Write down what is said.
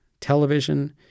television